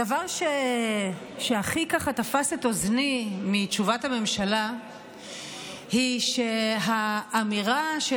הדבר שהכי תפס את אוזני מתשובת הממשלה היא שהאמירה של